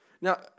Now